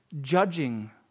judging